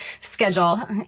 schedule